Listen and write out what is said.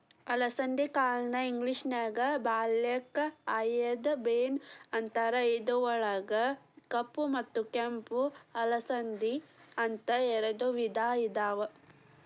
ಅಲಸಂದಿ ಕಾಳನ್ನ ಇಂಗ್ಲೇಷನ್ಯಾಗ ಬ್ಲ್ಯಾಕ್ ಐಯೆಡ್ ಬೇನ್ಸ್ ಅಂತಾರ, ಇದ್ರೊಳಗ ಕಪ್ಪ ಮತ್ತ ಕೆಂಪ ಅಲಸಂದಿ, ಅಂತ ಎರಡ್ ವಿಧಾ ಅದಾವ